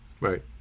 Right